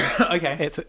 Okay